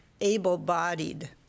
able-bodied